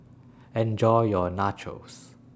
Enjoy your Nachos